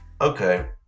okay